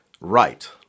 right